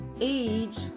age